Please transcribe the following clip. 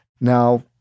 Now